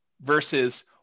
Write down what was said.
versus